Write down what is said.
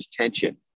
tension